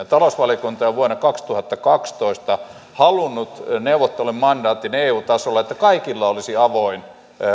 talousvaliokunta on jo vuonna kaksituhattakaksitoista halunnut neuvottelumandaatin eu tasolla että kaikilla olisi avoin